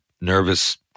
nervous